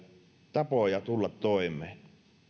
tapoja tulla toimeen